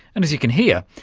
and, as you can hear,